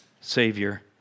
Savior